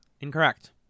Incorrect